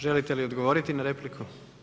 Želite li odgovoriti na repliku?